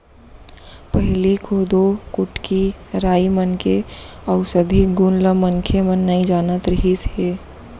पहिली कोदो, कुटकी, राई मन के अउसधी गुन ल मनखे मन नइ जानत रिहिस हे